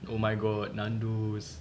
oh my god Nandos